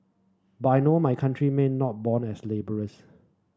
but I know my countrymen not born as labourers